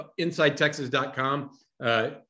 InsideTexas.com